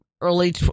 early